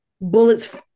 bullets